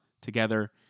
together